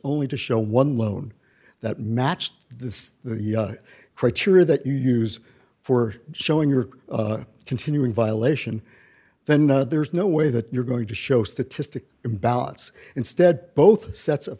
only to show one loan that matched this the criteria that you use for showing your continuing violation then there's no way that you're going to show statistics imbalance instead both sets of